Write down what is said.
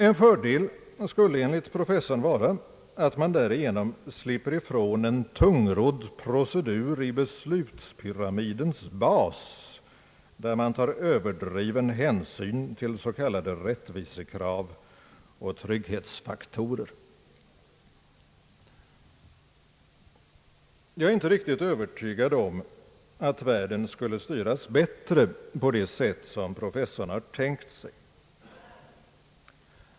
En för del skulle enligt professorn vara att man därigenom slipper ifrån en tungrodd procedur i beslutspyramidens bas, där man tar överdriven hänsyn till s.k. rättvisekrav och trygghetsfaktorer. Jag är inte riktigt övertygad om att världen skulle styras bättre på det sätt som professorn har tänkt sig.